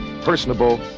personable